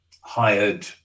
hired